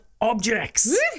objects